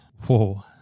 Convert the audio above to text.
Whoa